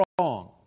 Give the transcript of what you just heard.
wrong